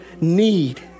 need